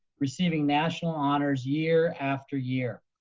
receiving national honors year after year.